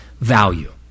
value